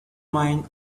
mind